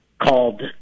called